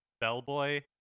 bellboy